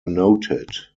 noted